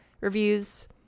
Reviews